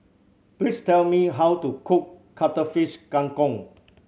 please tell me how to cook Cuttlefish Kang Kong